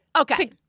Okay